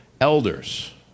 elders